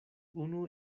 unu